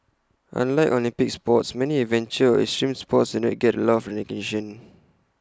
unlike Olympic sports many adventure or extreme sports and not get A lot of recognition